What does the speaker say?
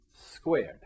squared